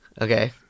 Okay